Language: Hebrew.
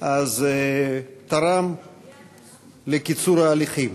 תרם לקיצור ההליכים.